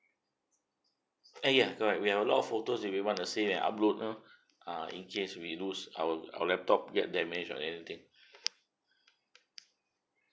uh ya correct we have a lot of photos we we want to save and upload lor ah in case we lose our our laptop get damage or anything